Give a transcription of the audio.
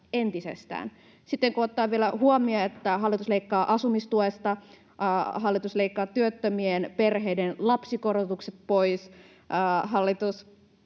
Sitten kun ottaa vielä huomioon, että hallitus leikkaa asumistuesta, hallitus leikkaa työttömien perheiden lapsikorotukset pois, hallitus